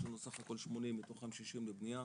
יש לנו סך הכול 80 מתוכם 60 לבנייה,